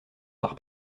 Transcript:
par